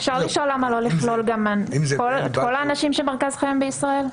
אפשר לשאול למה לא לכלול גם את כל האנשים שמרכז חייהם בישראל?